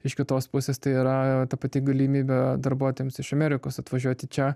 iš kitos pusės tai yra ta pati galimybė darbuotojams iš amerikos atvažiuoti čia